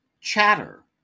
Chatter